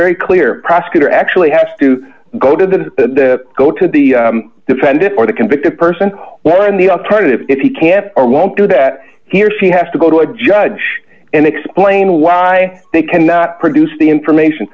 very clear prosecutor actually has to go to the go to the defendant or the convicted person or in the alternative if he can't or won't do that he or she has to go to a judge and explain why they cannot produce the information